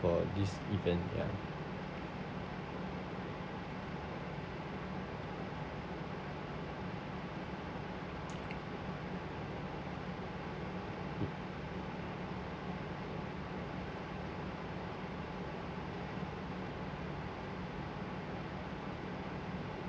for this event ya